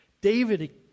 David